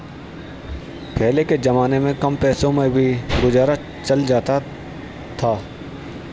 पहले के जमाने में कम पैसों में भी गुजारा चल जाता था